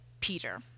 Peter